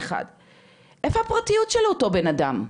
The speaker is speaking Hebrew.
איפה הפרטיות של אותו בן אדם?